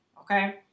okay